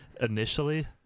initially